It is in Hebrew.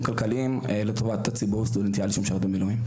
כלכליים לטובת הציבור הסטודנטיאלי שמשרת במילואים.